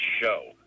show